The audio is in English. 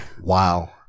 Wow